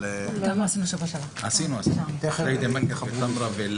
למרות שכבר מסיום הפגרה אנחנו מסבירים